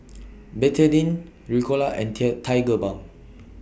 Betadine Ricola and Tear Tigerbalm